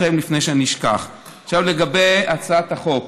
עכשיו לגבי הצעת החוק.